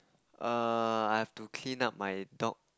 err I have to clean up my dog